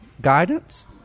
guidance